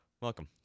Welcome